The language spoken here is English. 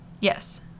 yes